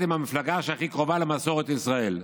עם המפלגה שהכי קרובה למסורת ישראל.